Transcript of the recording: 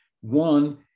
one